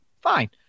fine